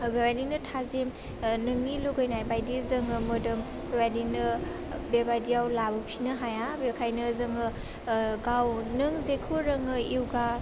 बेबायदिनो थाजिम ओह नोंनि लुगैनायबायदि जोङो मोदोम बेबायदिनो बेबायदियाव लाबोफिननो हाया बेखायनो जोङो ओह गाव नों जेखौ रोङै यगा